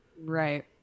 Right